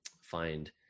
find